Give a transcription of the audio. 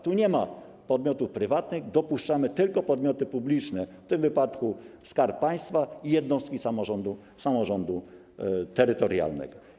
Tu nie ma podmiotów prywatnych, dopuszczamy tylko podmioty publiczne, w tym wypadku Skarb Państwa i jednostki samorządu terytorialnego.